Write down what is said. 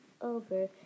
over